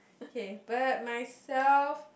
okay but myself